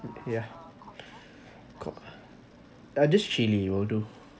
yeah con~ uh just chili will do